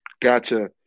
Gotcha